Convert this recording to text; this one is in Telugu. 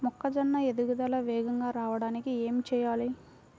మొక్కజోన్న ఎదుగుదల వేగంగా రావడానికి ఏమి చెయ్యాలి?